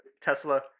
Tesla